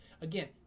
again